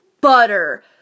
butter